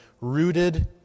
rooted